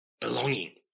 belonging